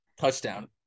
touchdown